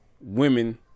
women